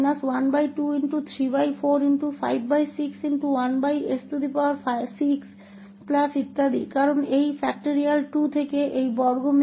मिल जाएगा इस वर्ग अवधि को रद्द कर देगा